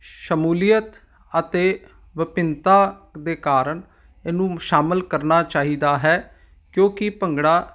ਸ਼ਮੂਲੀਅਤ ਅਤੇ ਵਿਭਿੰਨਤਾ ਦੇ ਕਾਰਨ ਇਹਨੂੰ ਸ਼ਾਮਿਲ ਕਰਨਾ ਚਾਹੀਦਾ ਹੈ ਕਿਉਂਕਿ ਭੰਗੜਾ